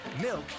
milk